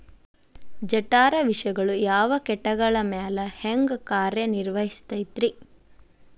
ಜಠರ ವಿಷಗಳು ಯಾವ ಕೇಟಗಳ ಮ್ಯಾಲೆ ಹ್ಯಾಂಗ ಕಾರ್ಯ ನಿರ್ವಹಿಸತೈತ್ರಿ?